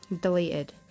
deleted